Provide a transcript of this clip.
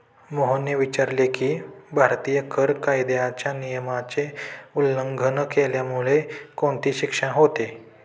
मोहनने विचारले की, भारतीय कर कायद्याच्या नियमाचे उल्लंघन केल्यामुळे कोणती शिक्षा होते?